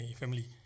family